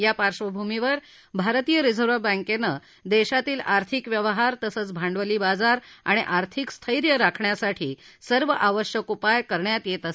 या पार्श्वभूमीवर भारतीय रिझर्व्ह बँकेनं देशातील आर्थिक व्यवहार तसंच भांडवली बाजार आणि आर्थिक स्थैर्य राखण्यासाठी सर्व आवश्यक उपाय करण्यात येत असल्याचं म्हा कें आहे